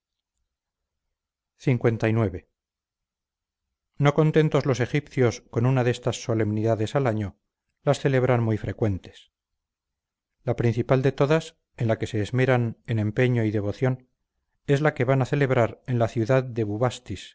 en egipto lix no contentos los egipcios con una de estas solemnidades al año las celebran muy frecuentes la principal de todas en la que se esmeran en empeño y devoción es la que van a celebrar en la ciudad de